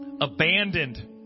abandoned